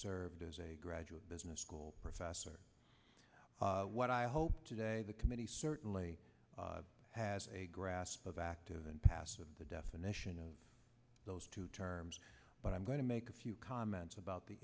served as a graduate business school professor what i hope today the committee certainly has a grasp of active and passive the definition of those two terms but i'm going to make a few calm it's about the